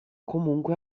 comunque